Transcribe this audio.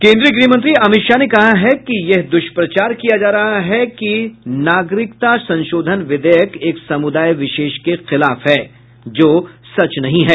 केन्द्रीय गृहमंत्री अमित शाह ने कहा है कि यह दुष्प्रचार किया जा रहा है कि यह नागरिकता संशोधन विधेयक एक समुदाय विशेष के खिलाफ है जो सच नहीं है